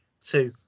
two